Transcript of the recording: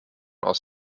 aus